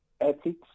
ethics